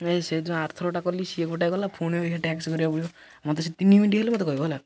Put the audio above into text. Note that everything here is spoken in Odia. ନାଇଁ ସେ ଯେଉଁ ଆରଥରକଟା କଲି ସିଏ ଗୋଟେ ଗଲା ଫୁଣି ସେ ଟ୍ୟାକ୍ସ କରିବାକୁ ପଡ଼ିବ ମୋତେ ସେ ତିନିି ମିନିଟ୍ ହେଲେ ମୋତେ କହିବ ହେଲା